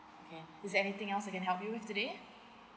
okay is there anything else I can help you with today